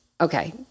Okay